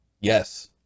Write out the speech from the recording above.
yes